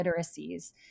literacies